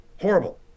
horrible